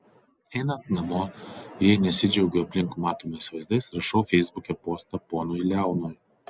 einant namo jei nesidžiaugiu aplink matomais vaizdais rašau feisbuke postą ponui leonui